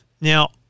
Now